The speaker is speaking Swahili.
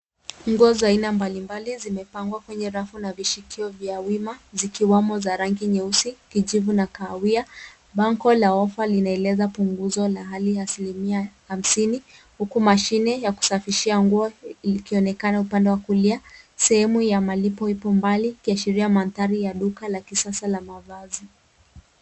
Nguo zina rangi mbalimbali, zimepangwa kwenye rafu na visehemu vya wima. Zina rangi za buluu nyepesi, kijani, na kahawia. Benki ya ofa inaonyesha punguzo la asilimia ishirini. Kuna sehemu ya kusafisha nguo. Inaonekana kuna upanda upande wa kulia. Kwenye sehemu ya malipo kuna masharti ya manunuzi, ikiwa ni pamoja na laki moja la bei za wazazi